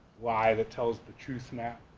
lie that tells the truth map.